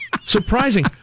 surprising